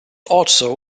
also